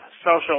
social